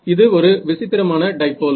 இது ஒரு விசித்திரமான டைபோல்